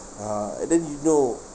uh and then you know